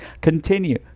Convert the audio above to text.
continue